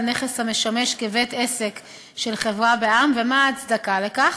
נכס המשמש כבית-עסק של חברה בע"מ ומה ההצדקה לכך.